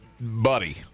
buddy